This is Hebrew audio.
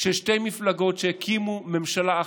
של שתי מפלגות שהקימו ממשלה אחת,